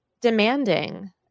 demanding